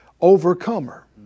overcomer